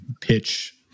pitch